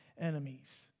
enemies